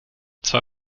zwei